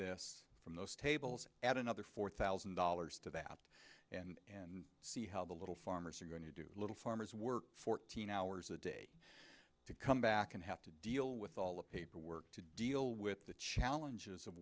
this from those tables at another four thousand dollars to that and and see how the little farmers are going to do little farmers work fourteen hours a day to come back and have to deal with all the paperwork to deal with the challenges